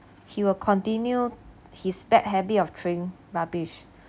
he will continue his bad habit of throwing rubbish